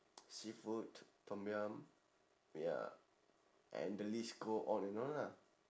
seafood tom yam ya and the list go on and on ah